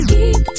Keep